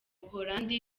buholandi